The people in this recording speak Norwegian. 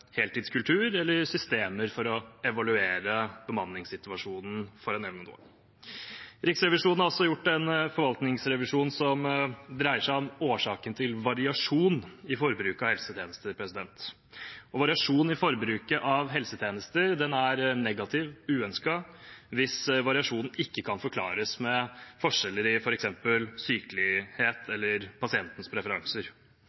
heltidskultur eller systemer for å evaluere bemanningssituasjonen, for å nevne noe. Riksrevisjonen har også gjort en forvaltningsrevisjon som dreier seg om årsaken til variasjon i forbruket av helsetjenester. Variasjon i forbruket av helsetjenester er negativt og uønsket hvis variasjonen ikke kan forklares med forskjeller i f.eks. sykelighet